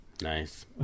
Nice